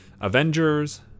Avengers